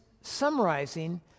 summarizing